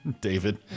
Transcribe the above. David